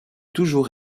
toujours